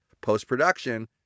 post-production